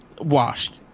washed